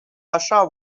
așa